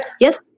Yes